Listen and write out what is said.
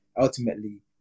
ultimately